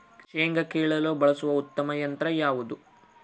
ಶೇಂಗಾ ಕೇಳಲು ಬಳಸುವ ಉತ್ತಮ ಯಂತ್ರ ಯಾವುದು?